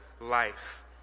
life